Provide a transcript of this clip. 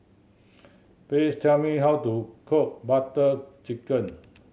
please tell me how to cook Butter Chicken